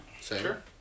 Sure